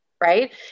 Right